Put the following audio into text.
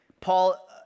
Paul